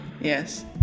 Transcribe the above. yes